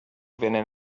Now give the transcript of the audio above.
venen